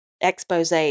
expose